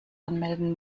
anmelden